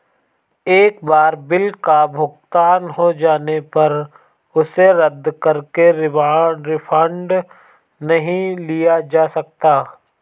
एक बार बिल का भुगतान हो जाने पर उसे रद्द करके रिफंड नहीं लिया जा सकता